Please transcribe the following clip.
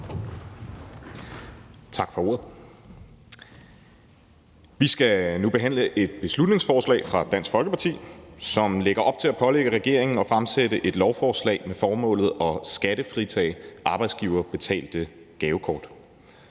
Tak for ordet. Vi skal nu behandle et beslutningsforslag fra Dansk Folkeparti, som lægger op til at pålægge regeringen at fremsætte et lovforslag med formålet at skattefritage arbejdsgiverbetalte gavekort.